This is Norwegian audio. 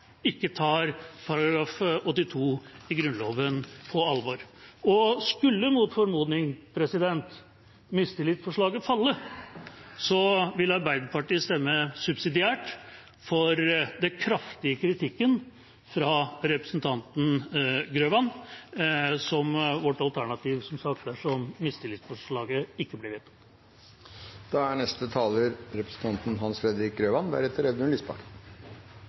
ikke tar § 82 i Grunnloven på alvor. Skulle mot formodning mistillitsforslaget falle, vil Arbeiderpartiet subsidiært stemme for den kraftige kritikken fra representanten Grøvan som sitt alternativ – som sagt dersom mistillitsforslaget ikke blir vedtatt. Jeg tar ordet bl.a. i forlengelsen av representanten